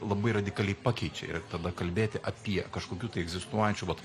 labai radikaliai pakeičia ir tada kalbėti apie kažkokių tai egzistuojančių vat